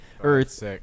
Earth